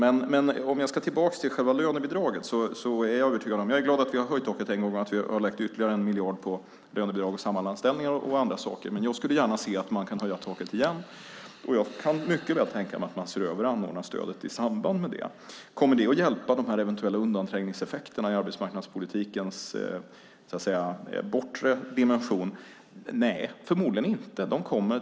Men om jag återgå till själva lönebidraget är jag glad att vi har höjt taket en gång och att vi har lagt ytterligare 1 miljard på lönebidrag, Samhallanställningar och andra saker. Men jag skulle gärna se att man kan höja taket igen, och jag kan mycket väl tänka mig att man ser över anordnarstödet i samband med det. Kommer det att hjälpa mot de här eventuella undanträngningseffekterna i arbetsmarknadspolitikens bortre dimension? Nej, förmodligen kommer det inte det.